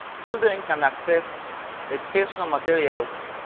children can access educational materials